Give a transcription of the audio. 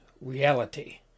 reality